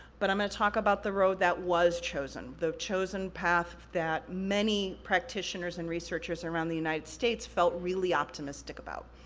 but i'm gonna talk about the road that was chosen, the chosen path that many practitioners and researchers around the united states felt really optimistic about.